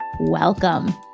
welcome